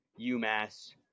UMass